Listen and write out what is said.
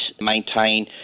maintain